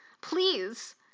Please